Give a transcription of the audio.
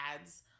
ads